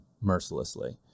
mercilessly